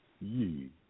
ye